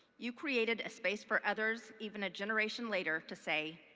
you created a space for others even a generation later to say,